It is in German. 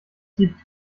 gibt